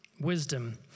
Wisdom